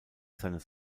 seines